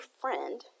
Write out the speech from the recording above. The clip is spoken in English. friend